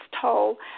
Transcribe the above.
toll